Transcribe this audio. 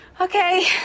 Okay